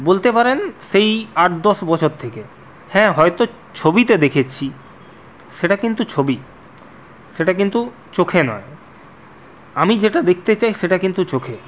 বলতে পারেন সেই আট দশ বছর থেকে হ্যাঁ হয়তো ছবিতে দেখেছি সেটা কিন্তু ছবি সেটা কিন্তু চোখে নয় আমি যেটা দেখতে চাই সেটা কিন্তু চোখে